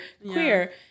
queer